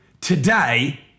Today